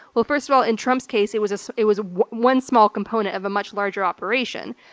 well, first of all, in trump's case it was so it was one small component of a much larger operation.